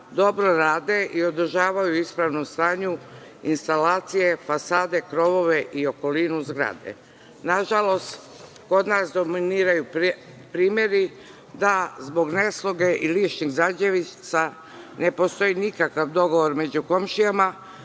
dobro rade i održavaju u ispravnom stanju instalacije, fasade, krovove i okolinu zgrade. Nažalost, kod nas dominiraju primeri, da zbog nesloge i ličnih zađevica, ne postoji nikakav dogovor među komšijama,